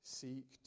seek